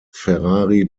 ferrari